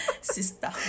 sister